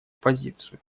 позицию